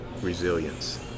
resilience